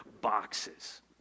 boxes